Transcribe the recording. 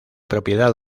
propiedad